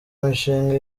mishinga